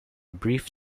brief